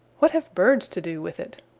what have birds to do with it?